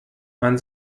man